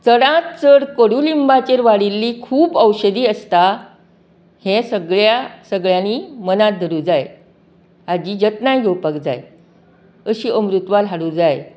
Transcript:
चडातं चड कोडूलिंबाचेर वाडिल्ली खूब औषदी आसता हे सगळ्या सगळ्यांनी मनांत दवरू जाय हाजी जतनाय घेवपाक जाय अशीं अमृतवाल हाडू जाय